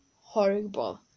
horrible